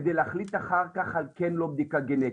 על מנת להחליט אחר כך על כן או לא בדיקה גנטית.